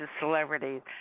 celebrities